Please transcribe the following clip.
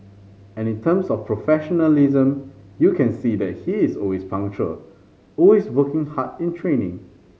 and in terms of professionalism you can see that he is always punctual always working hard in training